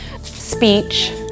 speech